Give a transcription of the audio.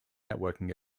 networking